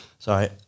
Sorry